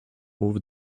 over